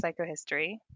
Psychohistory